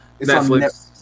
Netflix